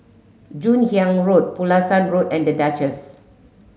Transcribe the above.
Joon Hiang Road Pulasan Road and The Duchess